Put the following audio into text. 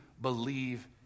believe